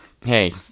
Hey